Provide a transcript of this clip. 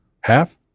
Half